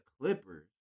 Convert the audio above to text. Clippers